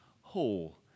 whole